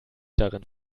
darin